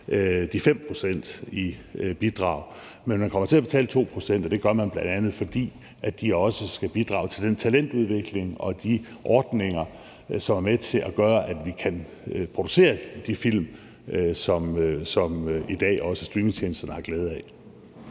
de 5 pct. i bidrag. Men de kommer til at betale 2 pct., og det gør de bl.a., fordi de også skal bidrage til den talentudvikling og de ordninger, som er med til at gøre, at vi kan producere de film, som også streamingtjenesterne i dag har glæde af.